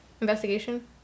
Investigation